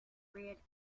red